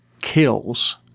kills